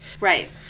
right